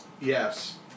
Yes